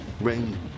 Rain